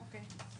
אוקיי.